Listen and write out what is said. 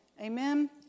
Amen